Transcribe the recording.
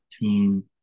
team